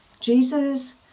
Jesus